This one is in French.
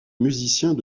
musiciens